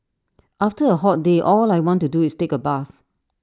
after A hot day all I want to do is take A bath